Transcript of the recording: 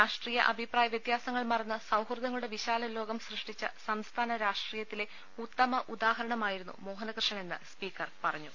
രാഷ്ട്രീയ അഭിപ്രായവ്യത്യാസങ്ങൾ മറന്ന് സൌഹൃദങ്ങളുടെ വിശാല ലോകം സംസ്ഥാന രാഷ്ട്രീയത്തിലെ സൃഷ്ടിച്ച ഉ ത്ത മ ഉദാഹരണമായിരുന്നു മോഹനകൃഷ്ണനെന്ന് സ്പീക്കർ പറഞ്ഞു